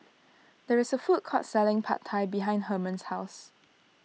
there is a food court selling Pad Thai behind Hermon's house